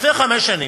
לפני חמש שנים,